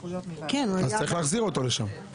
אז צריך להחזיר אותו לשם.